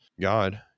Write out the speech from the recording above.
God